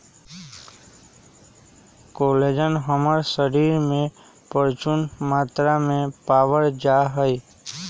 collagen हमर शरीर में परचून मात्रा में पावल जा हई